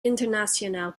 international